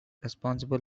responsible